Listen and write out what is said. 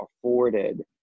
afforded